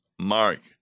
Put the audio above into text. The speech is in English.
Mark